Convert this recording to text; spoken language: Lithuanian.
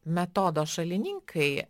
metodo šalininkai